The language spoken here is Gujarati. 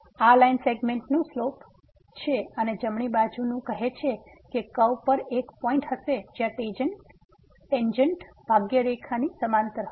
તેથી આ લાઇન સેગમેન્ટ નો સ્લોપ છે અને જમણી બાજુ નું કહે છે કે કર્વ પર એક પોઈંટ હશે જ્યાં ટેન્જેન્ટ ભાગ્ય રેખા ની સમાંતર હશે